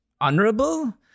honorable